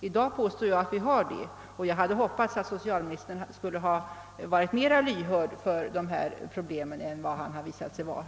I dag påstår jag att vi har det, och jag hade hoppats att socialministern skulle ha varit mera lyhörd för dessa problem än han har visat sig vara.